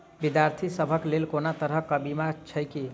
विद्यार्थी सभक लेल कोनो तरह कऽ बीमा छई की?